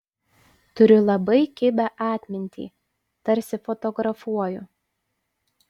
turiu labai kibią atmintį tarsi fotografuoju